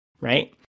right